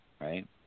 right